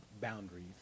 boundaries